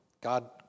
God